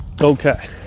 Okay